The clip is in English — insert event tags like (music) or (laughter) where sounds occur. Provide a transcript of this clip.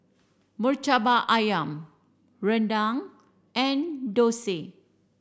Murtabak Ayam Rendang and (unintelligible)